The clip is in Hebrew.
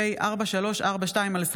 פ/4342/25.